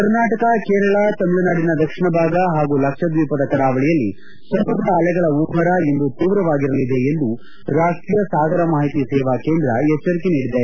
ಕರ್ನಾಟಕ ಕೇರಳ ತಮಿಳುನಾಡಿನ ದಕ್ಷಿಣ ಭಾಗ ಹಾಗೂ ಲಕ್ಷದ್ವೀಪದ ಕರಾವಳಿಯಲ್ಲಿ ಸಮುದ್ರ ಅಲೆಗಳ ಉಬ್ಬರ ಇಂದು ತೀವ್ರವಾಗಿರಲಿದೆ ಎಂದು ರಾಷ್ಷೀಯ ಸಾಗರ ಮಾಹಿತಿ ಸೇವಾ ಕೇಂದ್ರ ಎಚ್ಚರಿಕೆ ನೀಡಿದೆ